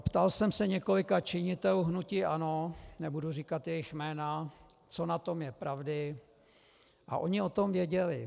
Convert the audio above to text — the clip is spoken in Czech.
Ptal jsem se několika činitelů hnutí ANO, nebudu říkat jejich jména, co na tom je pravdy, a oni o tom věděli.